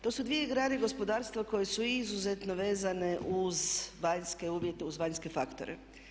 To su dvije grane gospodarstva koje su izuzetno vezane uz vanjske uvjete, vanjske faktore.